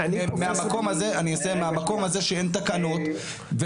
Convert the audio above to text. מהמקום הזה שאין תקנות.